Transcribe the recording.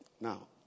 Now